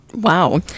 Wow